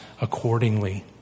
accordingly